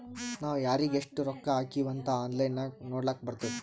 ನಾವ್ ಯಾರಿಗ್ ಎಷ್ಟ ರೊಕ್ಕಾ ಹಾಕಿವ್ ಅಂತ್ ಆನ್ಲೈನ್ ನಾಗ್ ನೋಡ್ಲಕ್ ಬರ್ತುದ್